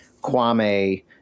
Kwame